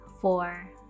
four